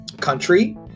country